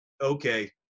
okay